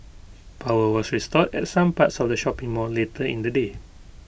power was restored at some parts of the shopping mall later in the day